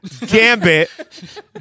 gambit